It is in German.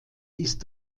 ist